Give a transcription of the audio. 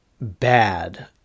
bad